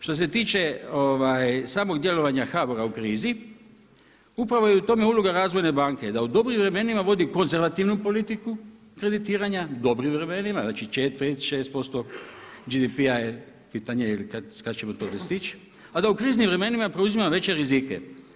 Što se tiče samog djelovanja HBOR-a u krizi, upravo je u tome uloga razvojne banke da u dobrim vremenima vodi konzervativnu politiku kreditiranja, dobrim vremenima, znači 4, 5, 6% GDP-a je pitanje ili kada ćemo to stići a da u kriznim vremenima preuzima veće rizike.